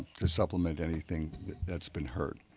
to supplement anything that's been heard.